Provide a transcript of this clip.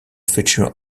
feature